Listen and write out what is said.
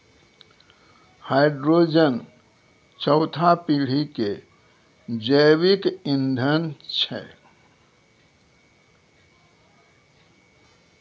hydrogen चौथा पीढ़ी के जैविक ईंधन छै